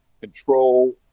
control